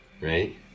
Right